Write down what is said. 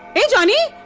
johnny?